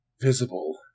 visible